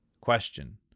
Question